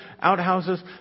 outhouses